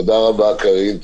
תודה רבה, קארין.